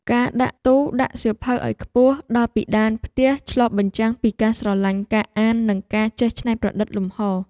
ការដាក់ទូដាក់សៀវភៅឱ្យខ្ពស់ដល់ពិដានផ្ទះឆ្លុះបញ្ចាំងពីការស្រឡាញ់ការអាននិងការចេះច្នៃប្រឌិតលំហរ។